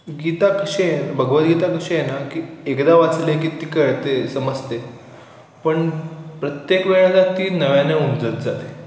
गीता कशी आहे ना भगवत गीता कशी आहे ना की एकदा वाचले की ती कळते समजते पण प्रत्येक वेळेला ती नव्याने उमजत जाते